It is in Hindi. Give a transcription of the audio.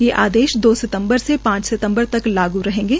ये आदेश दो सितम्बर से पांच सितम्बर तक लागू रहेंगे